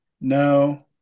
no